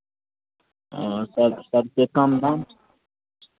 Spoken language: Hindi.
और सब सबसे कम दाम